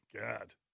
God